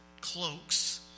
cloaks